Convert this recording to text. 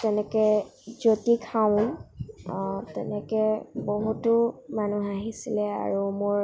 তেনেকৈ জ্য়োতি খাউণ্ড তেনেকৈ বহুতো মানুহ আহিছিলে আৰু মোৰ